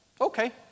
Okay